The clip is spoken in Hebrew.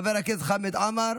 חבר הכנסת חמד עמאר,